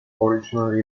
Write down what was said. originally